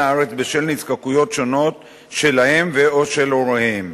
הארץ בשל נזקקויות שונות שלהם או של הוריהם.